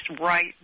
right